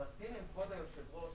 אני מסכים עם כבוד היושב-ראש.